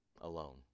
Alone